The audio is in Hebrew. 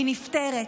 היא נפטרת,